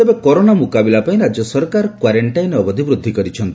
ତେବେ କରୋନା ମୁକାବିଲା ପାଇଁ ରାଜ୍ୟ ସରକାର କ୍ୱାରେଂଟାଇନ୍ ଅବଧି ବୃଦ୍ଧି କରିଛନ୍ତି